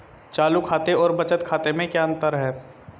चालू खाते और बचत खाते में क्या अंतर है?